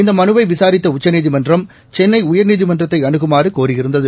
இந்த மனுவை விசாரித்த உச்சநீதிமன்றம் சென்னை உயர்நீதிமன்றத்தை அணுகுமாறு கோரியிருந்தது